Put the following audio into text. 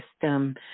system